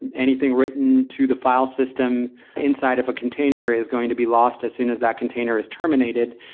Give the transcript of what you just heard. and anything written to the file system inside of a container is going to be lost as soon as that container is terminated.